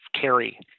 carry